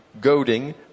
goading